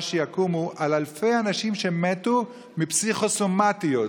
שיקומו בשל אלפי אנשים שמתו מתופעות פסיכוסומטיות,